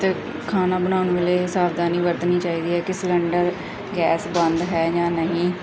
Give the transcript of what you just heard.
ਅਤੇ ਖਾਣਾ ਬਣਾਉਣ ਵੇਲੇ ਸਾਵਧਾਨੀ ਵਰਤਣੀ ਚਾਹੀਦੀ ਹੈ ਕਿ ਸਿਲੰਡਰ ਗੈਸ ਬੰਦ ਹੈ ਜਾਂ ਨਹੀਂ